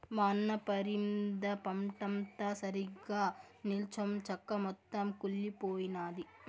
మా అన్న పరింద పంటంతా సరిగ్గా నిల్చొంచక మొత్తం కుళ్లిపోయినాది